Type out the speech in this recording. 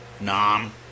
Nom